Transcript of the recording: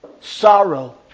sorrow